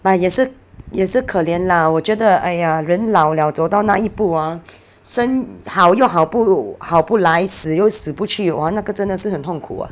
but 也是也是可怜 lah 我觉得 !aiya! 人老了走到那一步 ah 生好又好不如好不来死又死不去 !wah! 那个真的是很痛苦